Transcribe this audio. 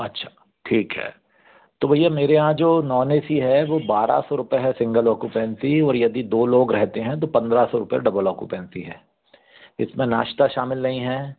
आच्छा ठिक है तो भैया मेरे यहाँ जो नॉन ए सी है वो बारह सौ रुपये है सिंगल औकूपेंसि और यदि दो लोग रहते हैं तो पंद्रह सौ रुपये डबल औकूपेंसि है इसमें नाश्ता शामिल नहीं है